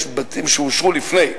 יש בתים שאושרו לפני.